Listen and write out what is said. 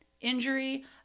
injury